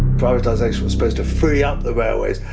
privatization was supposed to free up the railways,